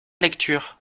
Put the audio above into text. lecture